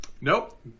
Nope